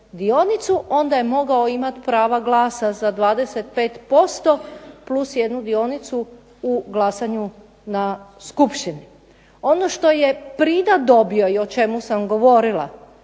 Onda je mogao imat prava glasa za 25% plus jednu dionicu u glasanju na Skupštini. Ono što je .../Govornica